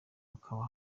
hakaba